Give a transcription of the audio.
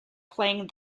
playing